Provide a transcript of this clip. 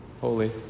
Holy